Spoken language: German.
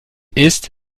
ist